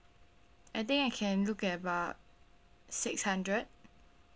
I think I can look at about six hundred